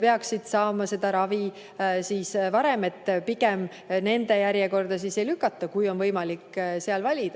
peaksid saama hädavajalikku ravi varem. Pigem nende järjekorda siis edasi ei lükata, kui on võimalik valida.